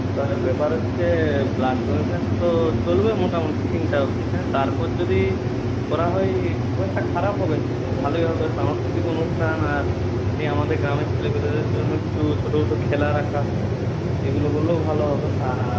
এবার ব্যাপার হচ্ছে ব্লাড ডোনেশান তো চলবে মোটামুটি তিনটা অব্দি হ্যাঁ তারপর যদি করা হয় খুব একটা খারাপ হবে নি ভালোই হবে সাংস্কৃতিক অনুষ্ঠান আর এই আমাদের গ্রামের ছেলেপিলেদের জন্য কিছু ছোটো ছোটো খেলা রাখা এগুলো হলেও ভালো হবে আর